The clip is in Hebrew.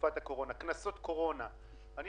בחלק גדול מאוד מן המקרים